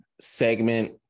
segment